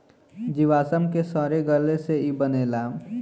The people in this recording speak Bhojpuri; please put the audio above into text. जीवाश्म के सड़े गले से ई बनेला